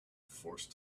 forced